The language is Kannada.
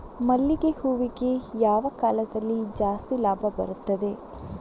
ಮಲ್ಲಿಗೆ ಹೂವಿಗೆ ಯಾವ ಕಾಲದಲ್ಲಿ ಜಾಸ್ತಿ ಲಾಭ ಬರುತ್ತದೆ?